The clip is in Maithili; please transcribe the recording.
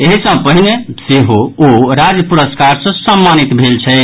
एहि सँ पहिने सेहो ओ राज्य पुरस्कार सँ सम्मानित भेल छथि